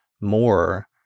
more